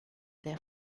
there